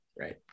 Right